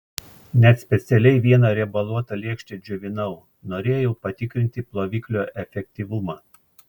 net specialiai vieną riebaluotą lėkštę džiovinau norėjau patikrinti ploviklio efektyvumą